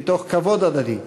מתוך כבוד הדדי,